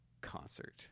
concert